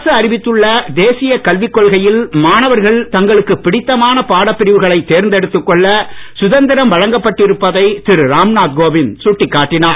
அரசு அறிவித்துள்ள தேசிய கல்விக் கொள்கையில் மாணவர்கள் தங்களுக்கு பிடித்தமான பாடப்பிரிவுகளை தேர்ந்தெடுத்துக் கொள்ள சுதந்திரம் வழங்கப்பட்டிருப்பதை திரு ராம்நாத் கோவிந்த் சுட்டிக்காட்டினார்